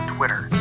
Twitter